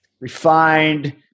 refined